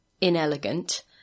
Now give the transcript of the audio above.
inelegant